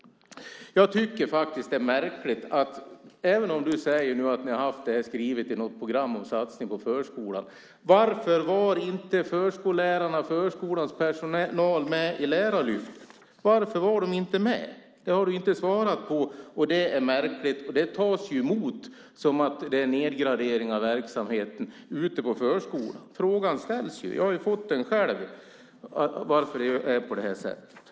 Du säger nu att ni i något program skrivit om en satsning på förskolan. Men varför var inte förskollärarna och förskolans personal med i Lärarlyftet? Den frågan har du inte svarat på. Det är märkligt. Ute i förskolan tas det emot som en nedgradering av verksamheten. Frågan ställs - jag har själv fått den - varför det är på det här sättet.